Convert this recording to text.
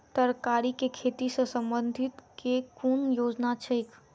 तरकारी केँ खेती सऽ संबंधित केँ कुन योजना छैक?